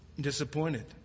disappointed